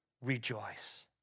rejoice